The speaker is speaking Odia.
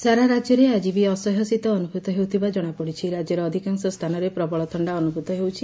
ଥଣ୍ଡା ସାରା ରାଜ୍ୟରେ ଆଜି ବି ଅସହ୍ୟ ଶୀତ ଅନୁଭ୍ରତ ହେଉଥିବା ରାଜ୍ୟର ଅଧକାଂଶ ସ୍ଥାନରେ ପ୍ରବଳ ଥଣ୍ଡା ଅନୁଭ୍ରୁତ ହେଉଛି